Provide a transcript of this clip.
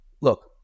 look